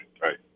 right